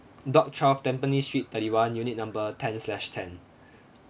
dot twelve tempany street thirty one unit number ten slash ten